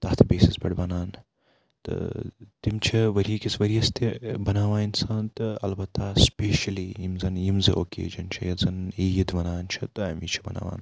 تَتھ بیسَس پٮ۪ٹھ بَنان تہٕ تِم چھِ ؤریہِ کِس ؤرۍ یَس تہِ بَناوان اِنسان تہٕ البتہ سٕپیشلی یِم زَن یِم زٕ اوکیجن چھِ یَتھ زَن عیٖد وَنان چھِ تہٕ اَمی چھِ بَناوان